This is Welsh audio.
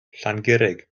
llangurig